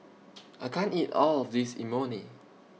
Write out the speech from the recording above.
I can't eat All of This Imoni